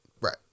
Right